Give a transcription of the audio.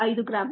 5 gram